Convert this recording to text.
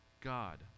God